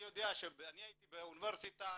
אני הייתי באוניברסיטה,